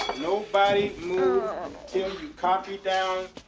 nobody move until you copy down